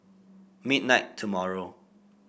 midnight tomorrow